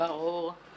ברור.